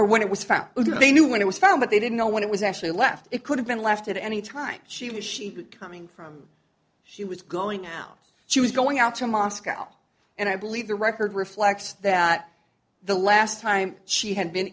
or when it was found they knew when it was found but they didn't know when it was actually left it could have been left at any time she was she coming from she was going out she was going out to moscow and i believe the record reflects that the last time she had been